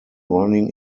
running